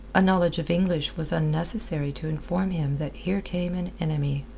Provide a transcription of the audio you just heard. a knowledge of english was unnecessary to inform him that here came an enemy.